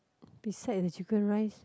beside the chicken rice